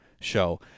show